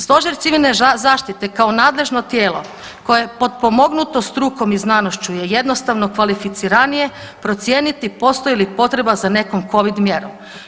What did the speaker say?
Stožer civilne zaštite kao nadležno tijelo koje je potpomognuto strukom i znanošću je jednostavno kvalificiranije procijeniti postoji li potreba za nekom covid mjerom.